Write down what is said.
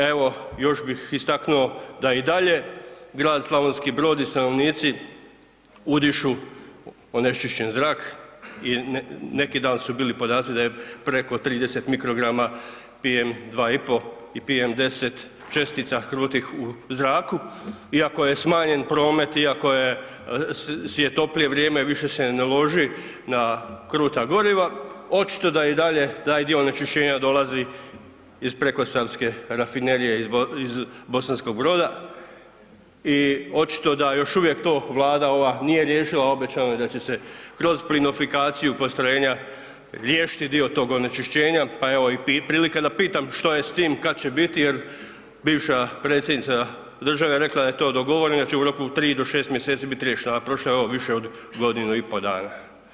Evo, još bih istaknuo da je i dalje grad Slavonski Brod i stanovnici udišu onečišćen zrak i neki dan su bili podaci da je preko 30 mikrograma PM 2,5 i PM 10 čestica krutih u zraku iako je smanjen promet, iako je toplije vrijeme, više se ne loži na kruta goriva, očito da i dalje taj dio onečišćenja dolazi iz prekosavske rafinerije, iz Bosanskog Broda i očito da još uvijek to Vlada ova nije riješila a obećano je da će se kroz plinofikaciju postrojenja riješiti dio tog onečišćenja pa evo i prilika da pitam što je s tim, kad će biti jer bivša Predsjednica države je rekla da je to dogovoreno, da će u roku 3 do 6 mj. riješeno a prošlo je evo, više od godinu i pol dana.